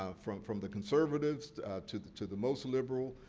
ah from from the conservatives to the to the most liberal.